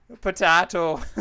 Potato